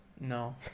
No